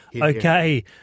okay